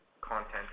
content